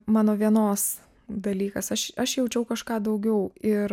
mano vienos dalykas aš aš jaučiau kažką daugiau ir